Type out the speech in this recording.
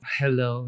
hello